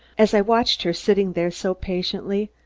as i watched her sitting there so patiently,